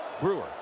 Brewer